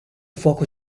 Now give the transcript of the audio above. fuoco